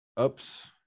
Oops